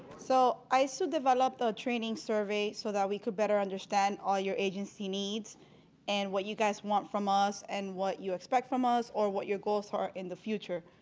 so isoo developed a training survey so that we could better understand all your agency needs and what you guys want from us and what you expect from us or what your goals are in the future.